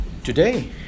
Today